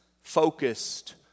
focused